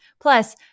Plus